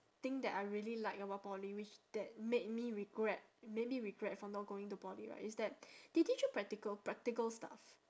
thing that I really like about poly which that made me regret made me regret for not going to poly right is that they teach you practical practical stuff